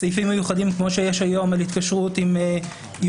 סעיפים מיוחדים כמו שיש היום על התקשרות עם יועצים,